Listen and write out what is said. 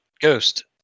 Ghost